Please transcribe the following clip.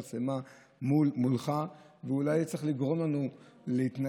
המצלמה מולך ואולי זה צריך לגרום לנו להתנהל,